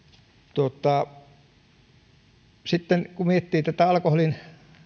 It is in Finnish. sitten kun miettii tätä alkoholin